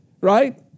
right